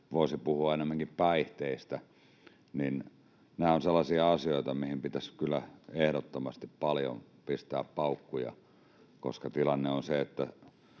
voisi puhua ennemminkin päihteistä. Nämä ovat sellaisia asioita, mihin pitäisi kyllä ehdottomasti pistää paljon paukkuja, koska tilanne on se, niin